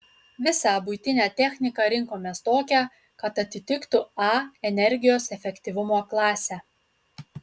visą buitinę techniką rinkomės tokią kad atitiktų a energijos efektyvumo klasę